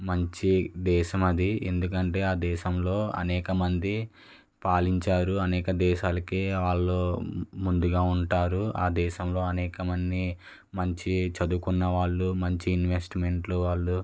మంచి దేశం అది ఎందుకంటే ఆ దేశంలో అనేక మంది పాలించారు అనేక దేశాలకే వాళ్ళు ముందుగా ఉంటారు ఆ దేశంలో అనేక మంది మంచి చదువుకున్న వాళ్ళు మంచి ఇన్వెస్ట్మెంట్లు వాళ్ళు